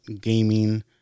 gaming